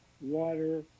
water